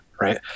right